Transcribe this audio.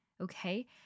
okay